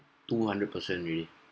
two hundred percent already